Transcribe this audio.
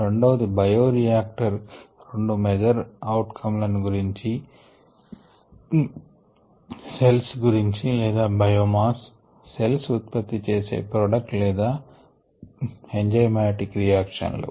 రెండవది బయోరియాక్టర్ రెండు major outcome లను గురించి సెల్స్ గురించి లేదా బయోమాస్ సెల్స్ ఉత్పత్తి చేసే ప్రోడక్ట్ లేదా ఎంజాయమాటిక్ రియాక్షన్ లు